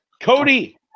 Cody